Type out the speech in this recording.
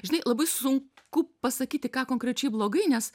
žinai labai sunku pasakyti ką konkrečiai blogai nes